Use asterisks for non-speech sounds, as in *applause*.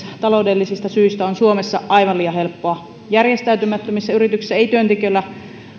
*unintelligible* taloudellisista syistä on suomessa aivan liian helppoa järjestäytymättömissä yrityksissä ei työntekijöillä